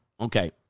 Okay